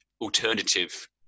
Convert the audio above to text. alternative